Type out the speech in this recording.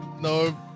No